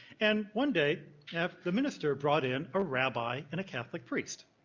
and one day, the minister brought in a rabbi and a catholic priest.